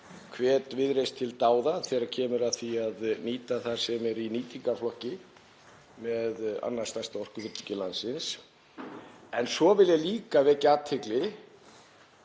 hvet Viðreisn til dáða þegar kemur að því að nýta það sem er í nýtingarflokki með öðru stærsta orkufyrirtæki landsins. En svo vil ég líka vekja athygli